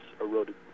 eroded